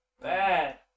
Bad